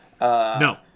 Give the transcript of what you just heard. No